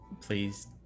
please